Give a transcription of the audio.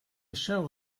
show